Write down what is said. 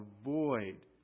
avoid